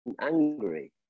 angry